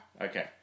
Okay